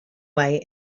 way